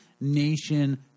Nation